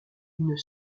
une